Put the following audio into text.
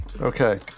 Okay